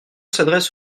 s’adresse